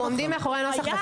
אנחנו עומדים מאחורי הנוסח.